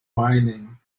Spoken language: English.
whinnying